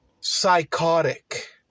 psychotic